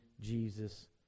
Jesus